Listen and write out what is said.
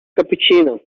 cappuccino